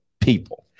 people